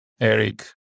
Eric